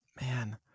Man